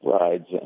rides